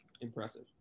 impressive